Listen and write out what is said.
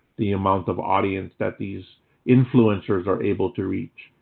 the amount of audience that these influencers are able to reach.